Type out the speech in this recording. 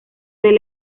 del